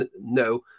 no